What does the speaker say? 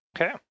Okay